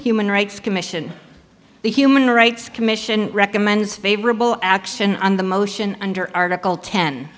human rights commission the human rights commission recommends favorable action on the motion under article ten